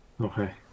okay